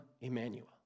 Emmanuel